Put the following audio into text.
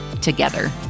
together